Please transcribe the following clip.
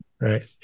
Right